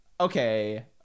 Okay